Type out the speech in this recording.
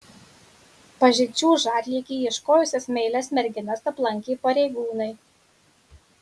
pažinčių už atlygį ieškojusias meilias merginas aplankė pareigūnai